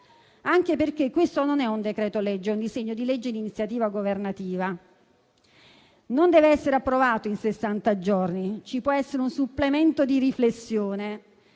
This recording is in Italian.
anche perché questo non è un decreto-legge, ma un disegno di legge di iniziativa governativa, quindi non deve essere approvato in sessanta giorni e ci può essere un supplemento di riflessione.